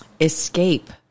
Escape